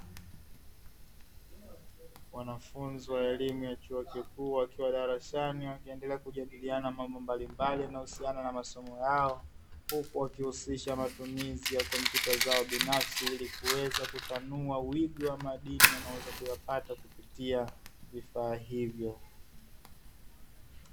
Wanafunzi wa elimu ya chuo kikuu wakiwa darasani, wakiendelea kujadiliana mambo mbalimbali, yanayohusiana na masomo yao, huku wakihusisha matumizi ya kompyuta zao binafsi, ili kuweza kutanua wigo wa madini wanayoweza kuyapata kupitia vifaa hivyo.